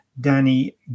Danny